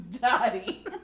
daddy